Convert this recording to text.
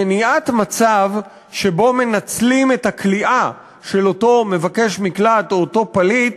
מניעת מצב שמנצלים את הכליאה של אותו מבקש מקלט או אותו פליט